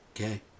okay